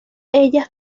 ellas